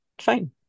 fine